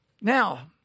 Now